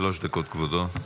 שלוש דקות, כבודו.